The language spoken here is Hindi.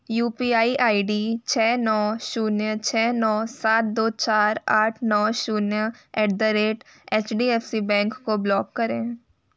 you P I I D छः नौ शून्य छः नौ सात दो चार आठ नौ शून्य at the rate H D F C bank को ब्लॉक करें